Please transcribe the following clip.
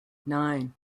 nine